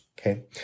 Okay